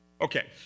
Okay